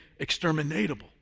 exterminatable